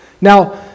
Now